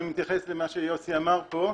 אני מתייחס למה שיוסי אמר פה.